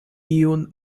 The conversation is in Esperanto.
iun